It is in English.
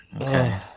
Okay